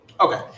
Okay